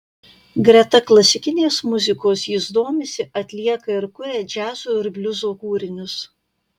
greta klasikinės muzikos jis domisi atlieka ir kuria džiazo ir bliuzo kūrinius